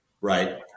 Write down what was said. Right